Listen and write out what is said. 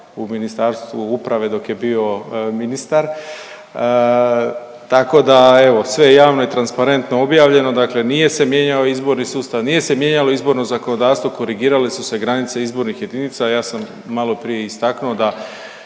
u Ministarstvu uprave dok je bio ministar. Tako da evo, sve je javno i transparentno objavljeno, dakle nije se mijenjao izborni sustav, nije se mijenjalo izborno zakonodavstvo, korigirale su se granice izbornih jedinica. Ja sam maloprije istaknuo da